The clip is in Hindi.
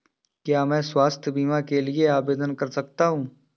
क्या मैं स्वास्थ्य बीमा के लिए आवेदन कर सकता हूँ?